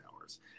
hours